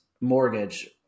mortgage